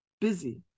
busy